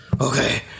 okay